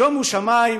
שומו שמים,